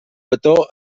petó